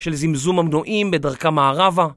של זמזום המנועים בדרכה מערבה